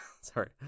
Sorry